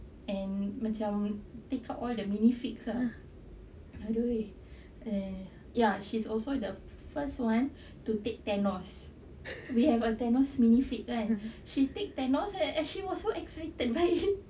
and macam take out all the mini fixed ah !aduh! and ya she's also the first one to take thanos we have a thanos mini fix then she take thanos and she was so excited